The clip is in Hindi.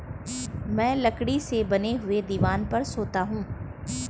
मैं लकड़ी से बने हुए दीवान पर सोता हूं